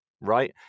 right